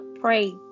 pray